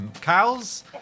cows